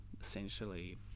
essentially